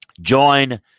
join